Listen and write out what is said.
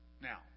Now